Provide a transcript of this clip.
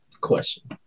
question